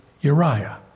Uriah